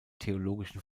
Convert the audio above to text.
theologischen